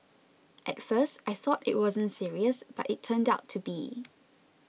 at first I thought it wasn't serious but it turned out to be